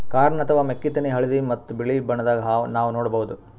corn ಅಥವಾ ಮೆಕ್ಕಿತೆನಿ ಹಳ್ದಿ ಮತ್ತ್ ಬಿಳಿ ಬಣ್ಣದಾಗ್ ನಾವ್ ನೋಡಬಹುದ್